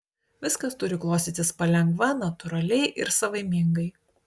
viskas turi klostytis palengva natūraliai ir savaimingai